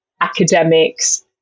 academics